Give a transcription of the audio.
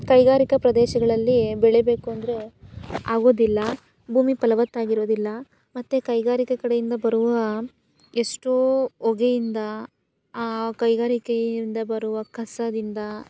ಕೈಗಾರಿಕಾ ಪ್ರದೇಶಗಳಲ್ಲಿ ಬೆಳಿಬೇಕು ಅಂದರೆ ಆಗುದಿಲ್ಲ ಭೂಮಿ ಫಲವತ್ತಾಗಿರೋದಿಲ್ಲ ಮತ್ತು ಕೈಗಾರಿಕೆ ಕಡೆಯಿಂದ ಬರುವ ಎಷ್ಟೋ ಹೊಗೆಯಿಂದ ಆ ಕೈಗಾರಿಕೆಯಿಂದ ಬರುವ ಕಸದಿಂದ